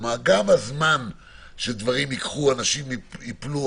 גם יתארך הזמן שדברים ייקחו ואנשים יפלו,